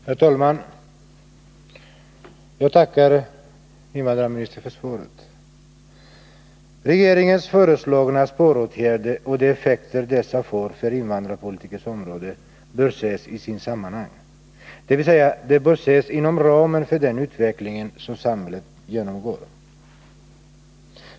Herr talman! Jag tackar invandrarministern för svaret. Regeringens föreslagna sparåtgärder och de effekter dessa får på invandrarpolitikens område bör ses i sitt sammanhang, dvs. de bör ses inom ramen för den utveckling som samhället genomgår.